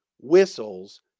whistles